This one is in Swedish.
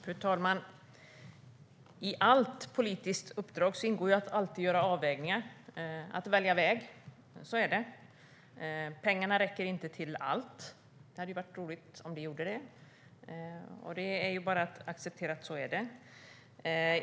Fru talman! I alla politiska uppdrag ingår alltid att göra avvägningar, att välja väg. Pengarna räcker inte till allt - det hade ju varit roligt om de gjorde det. Men det är bara att acceptera att så är det.